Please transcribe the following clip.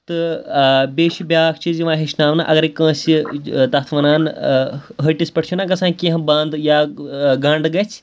تہٕ بیٚیہِ چھُ بیٛاکھ چیٖز یِوان ہیٚچھناونہٕ اَگرَے کٲنٛسہِ تَتھ وَنان ۂٹِس پٮ۪ٹھ چھِ نہ گژھان کیٚنٛہہ بَنٛد یا گَنٛڈ گژھِ